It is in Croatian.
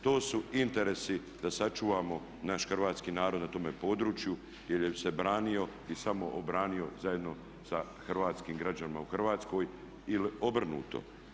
To su interesi da sačuvamo naš hrvatski narod na tome području jer se branio i samo obranio zajedno sa hrvatskim građanima u Hrvatskoj ili obrnuto.